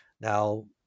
Now